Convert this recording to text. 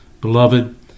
Beloved